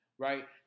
Right